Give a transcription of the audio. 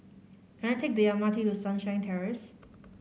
can I take the M R T to Sunshine Terrace